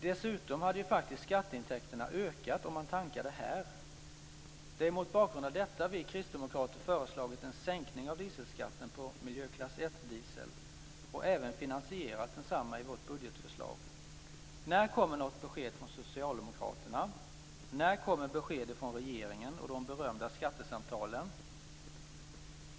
Dessutom hade ju faktiskt skatteintäkterna ökat om man hade tankat här. Det är mot bakgrund av detta vi kristdemokrater föreslagit en sänkning av dieselskatten på miljöklass 1-diesel och även finansierat densamma i vårt budgetförslag. När kommer något besked från socialdemokraterna? När kommer besked från regeringen och de berömda skattesamtalen?